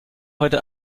heute